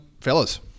Fellas